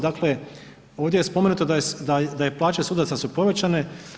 Dakle ovdje je spomenuto da plaće sudaca su povećane.